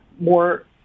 more